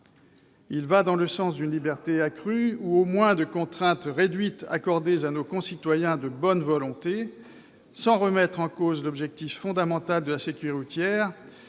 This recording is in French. va dans le sens d'une liberté accrue, ou au moins de contraintes réduites pour nos concitoyens de bonne volonté, sans remettre en cause l'objectif fondamental de la sécurité routière.